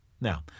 Now